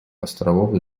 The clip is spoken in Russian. островов